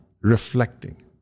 reflecting